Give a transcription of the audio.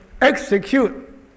execute